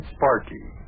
Sparky